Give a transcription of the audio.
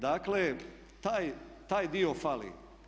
Dakle, taj dio fali.